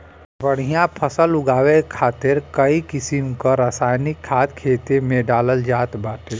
बढ़िया फसल उगावे खातिर कई किसिम क रासायनिक खाद खेते में डालल जात बाटे